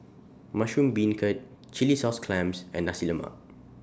Mushroom Beancurd Chilli Sauce Clams and Nasi Lemak